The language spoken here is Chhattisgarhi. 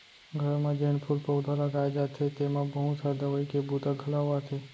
घर म जेन फूल पउधा लगाए जाथे तेमा बहुत ह दवई के बूता घलौ आथे